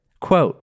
Quote